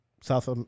South